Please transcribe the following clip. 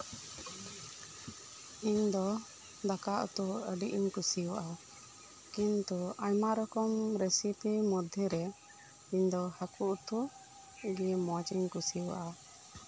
ᱤᱧ ᱫᱚ ᱫᱟᱠᱟ ᱩᱛᱩ ᱟᱹᱰᱤ ᱤᱧ ᱠᱩᱥᱤᱭᱟᱜᱼᱟ ᱠᱤᱱᱛᱩ ᱟᱭᱢᱟ ᱨᱚᱠᱚᱢ ᱨᱮᱥᱤᱯᱤ ᱢᱩᱫᱽ ᱨᱮ ᱤᱧ ᱫᱚ ᱦᱟᱹᱠᱩ ᱩᱛᱩ ᱜᱮ ᱢᱚᱸᱡᱽ ᱤᱧ ᱠᱩᱥᱤᱭᱟᱜᱼᱟ